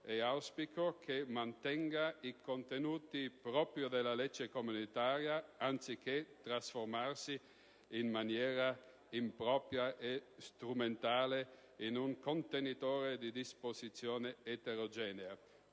e auspico che mantenga i contenuti propri della legge comunitaria anziché trasformarsi in maniera impropria e strumentale, in un contenitore di disposizioni eterogenee.